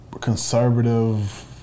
conservative